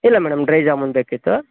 ಇಲ್ಲ madam dry jamun ಬೇಕಿತ್ತು